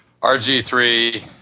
RG3